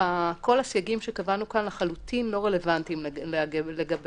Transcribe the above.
שכל הסייגים שקבענו כאן הם לחלוטין לא רלוונטיים לגביהם.